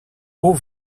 haut